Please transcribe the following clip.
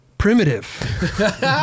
Primitive